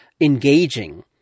engaging